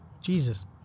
Jesus